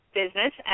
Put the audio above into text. business